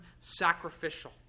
sacrificial